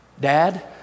Dad